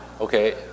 okay